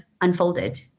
unfolded